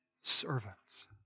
servants